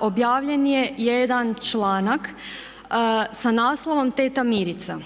objavljen je jedan članak sa naslovom „Teta Mirica“.